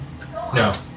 no